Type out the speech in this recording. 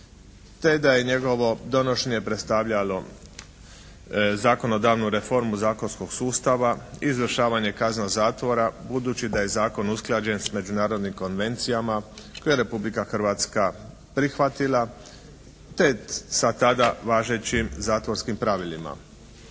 te da je njegovo donošenje predstavljalo zakonodavnu reformu zakonskog sustava, izvršavanje kazna zatvora budući da je zakon usklađen s međunarodnim konvencijama koje je Republika Hrvatska prihvatila, te sa tada važećim zakonskim pravilima.